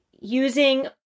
using